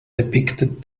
depicted